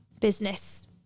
business